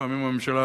לפעמים הממשלה,